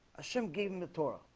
a shrimp gave him the torah.